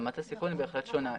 רמת הסיכון היא בהחלט שונה.